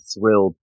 thrilled